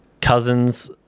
Cousin's